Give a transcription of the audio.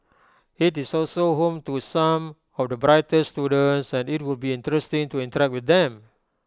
IT is also home to some of the brightest students and IT would be interesting to interact with them